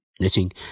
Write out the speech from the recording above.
knitting